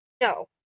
No